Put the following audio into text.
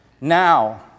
Now